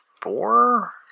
four